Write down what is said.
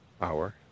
hour